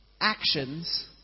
actions